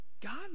God